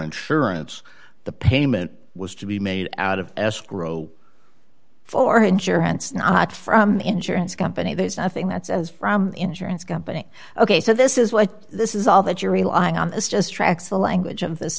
insurance the payment was to be made out of escrow for insurance not from insurance company there's nothing that's as from insurance company ok so this is what this is all that you're relying on this just tracks the language